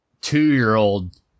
two-year-old